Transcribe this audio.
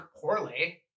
poorly